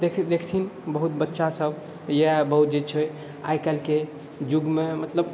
देखथिन बहुत बच्चासब या बहुत जे छै आइ काल्हिके जुगमे मतलब